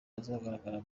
bazagaragara